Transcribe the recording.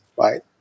right